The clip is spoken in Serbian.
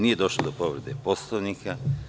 Nije došlo do povrede Poslovnika.